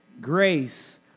grace